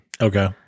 Okay